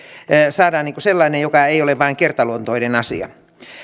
saadaan sellainen joka ei ole vain kertaluontoinen asia